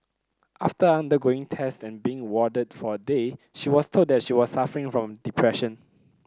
after undergoing test and being warded for a day she was told that she was suffering from depression